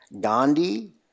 Gandhi